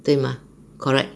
对吗 correct